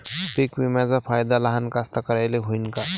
पीक विम्याचा फायदा लहान कास्तकाराइले होईन का?